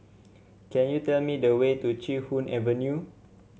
can you tell me the way to Chee Hoon Avenue